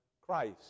Christ